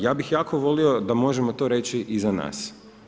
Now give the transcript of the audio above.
Ja bih jako volio da možemo to reći i za nas.